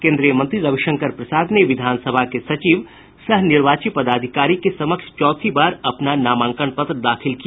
केन्द्रीय मंत्री रविशंकर प्रसाद ने विधानसभा के सचिव सह निर्वाची पदाधिकारी के समक्ष चौथी बार अपना नामांकन पत्र दाखिल किया